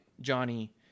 Johnny